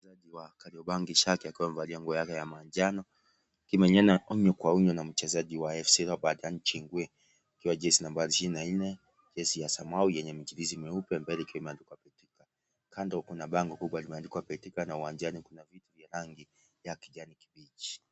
Mchezaji wa Kariobangi sharks akiwa amevalia nguo yake ya manjano, akimenyana unyo kwa unyo na mchezaji wa FC Leopards yaani chingwe, akiwa jezi nambari 24,jezi ya samawi yenye michirizi meupe mbele ikiwa imeandikwa batika. Kando kuna bango kubwa limeandikwa betika na uwanjani kuna viti vya rangi ya kijani kibichi.